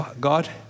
God